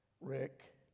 Rick